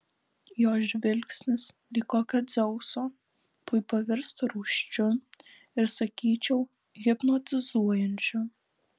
jos žvilgsnis lyg kokio dzeuso tuoj pavirsta rūsčiu ir sakyčiau hipnotizuojančiu